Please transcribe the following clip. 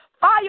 fire